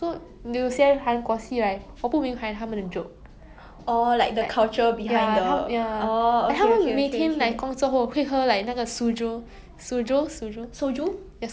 酒的你回家就睡觉而已 er yi then 我就看 lah like 很多戏 like korean 韩国戏或者中国戏 it'slike 好看是好看可是